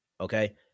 okay